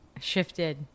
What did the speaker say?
shifted